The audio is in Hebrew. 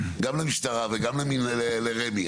גם למשטרה וגם לרמ"י,